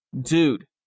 Dude